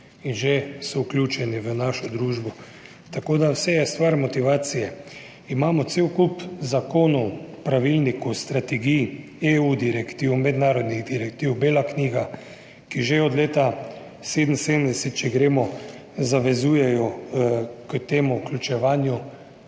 in so že vključeni v našo družbo. Tako da vse je stvar motivacije. Imamo cel kup zakonov, pravilnikov, strategij, direktiv EU, mednarodnih direktiv, belo knjigo, ki že od leta 1977, če gremo, zavezujejo k temu vključevanju,